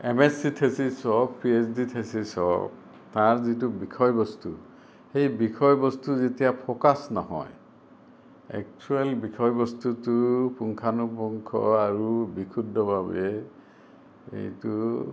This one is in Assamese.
এম এচ চি থেচিচ হওক পি এইচ ডি থেচিচ হওক তাৰ যিটো বিষয়বস্তু সেই বিষয়বস্তু যেতিয়া ফ'কাচ নহয় একচ্যুৱেল বিষয় বস্তুটো পুংখানুপুংখ আৰু বিশুদ্ধভাবে এইটো